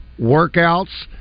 workouts